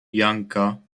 janka